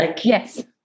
Yes